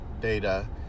data